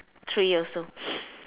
three also